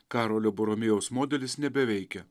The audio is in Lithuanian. karolio boromėjaus modelis nebeveikia